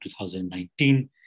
2019